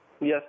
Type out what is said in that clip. Yes